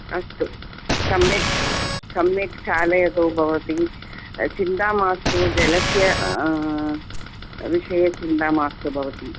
अस्तु सम्यक् सम्यक् चालयतु भवति चिन्ता मास्तु जलस्य विषये चिन्ता मास्तु भवति